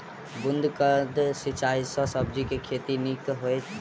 बूंद कऽ सिंचाई सँ सब्जी केँ के खेती नीक हेतइ?